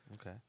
Okay